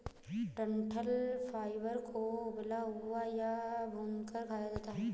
डंठल फाइबर को उबला हुआ या भूनकर खाया जाता है